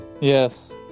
yes